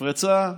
נפרצה החומה.